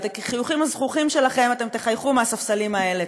ואת החיוכים הזחוחים שלכם אתם תחייכו מהספסלים האלה.